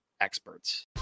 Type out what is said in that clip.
experts